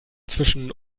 zwischen